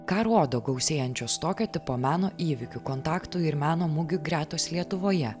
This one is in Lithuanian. ką rodo gausėjančios tokio tipo meno įvykių kontaktų ir meno mugių gretos lietuvoje